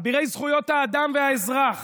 אבירי זכויות האדם והאזרח,